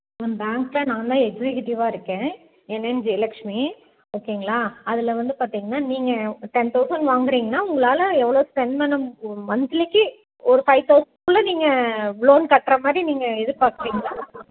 ma'am பேங்க்கில் நான் தான் எக்சிகியூட்டிவாக இருக்கேன் என் நேம் ஜெயலக்ஷ்மி ஓகேங்களா அதில் வந்து பார்த்தீங்கன்னா நீங்கள் ஒரு டென் தௌசண்ட் வாங்குறீங்கன்னா உங்களால் எவ்வளோ ஸ்பெண்ட் பண்ண மு மந்த்லிக்கு ஒரு ஃபைவ் தௌசண்ட்குள்ளே நீங்கள் லோன் கட்டுற மாதிரி நீங்கள் எதிர்பார்க்குறீங்களா